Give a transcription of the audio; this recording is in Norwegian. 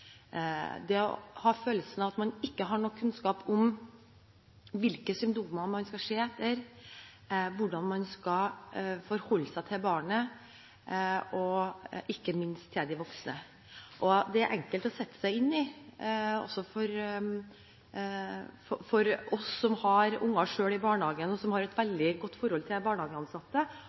det å ha følelsen av at man ikke har nok kunnskap om hvilke symptomer man skal se etter, og hvordan man skal forholde seg til barnet og ikke minst til de voksne. Det er enkelt å sette seg inn i for oss som har barn selv i barnehagen, og som har et veldig godt forhold til barnehageansatte,